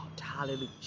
Hallelujah